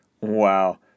Wow